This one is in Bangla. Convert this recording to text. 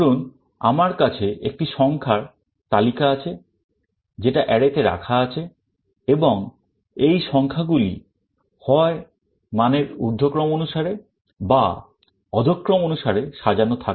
ধরুন আমার কাছে একটি সংখ্যার তালিকা আছে যেটা array তে রাখা আছে এবং এই সংখ্যাগুলি হয় মানের উর্ধ্বক্রম অনুসারে বা অধঃক্রম অনুসারে সাজানো থাকে